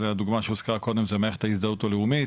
הדוגמה שהוזכרה קודם זה מערכת ההזדהות הלאומית